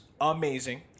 amazing